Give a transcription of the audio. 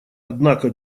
однако